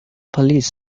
police